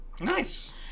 Nice